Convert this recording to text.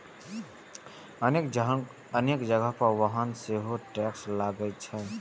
अनेक जगह पर वाहन पर सेहो टैक्स लागै छै